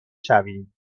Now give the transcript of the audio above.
شویم